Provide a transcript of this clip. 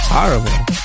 Horrible